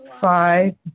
five